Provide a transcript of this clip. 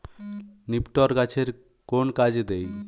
নিপটর গাছের কোন কাজে দেয়?